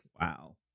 Wow